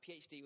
PhD